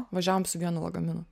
važiavom su vienu lagaminu